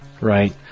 Right